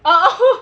oh oh